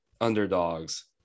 underdogs